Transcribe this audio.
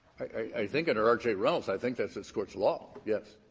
i i think in r r j. reynolds, i think that's this court's law, yes.